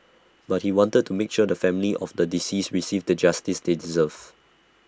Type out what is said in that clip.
but he wanted to make sure the family of the deceased received the justice they deserve